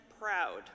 proud